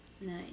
Nice